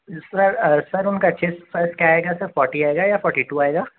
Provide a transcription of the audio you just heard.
سر sir ان کا chest size کیا آئے گا سر فورٹی آئے گا یا فورٹی ٹو آئے گا